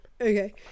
okay